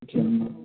Chennu